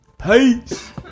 Peace